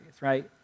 right